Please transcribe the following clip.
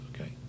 okay